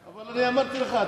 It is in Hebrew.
אבל אני אמרתי לך,